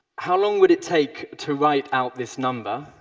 how long would it take to write out this number,